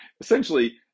essentially